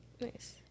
Nice